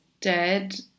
dead